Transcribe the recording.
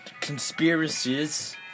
conspiracies